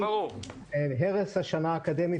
הרס השנה האקדמית.